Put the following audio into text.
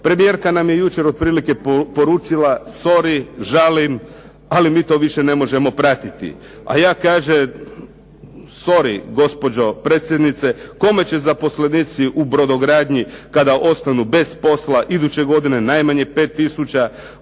Premijerka nam je jučer otprilike poručila sorry, žalim, ali mi to više ne možemo pratiti. A ja kažem sorry gospođo predsjednice, kome će zaposlenici u brodogradnji kada ostanu bez posla iduće godine, najmanje 5